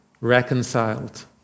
reconciled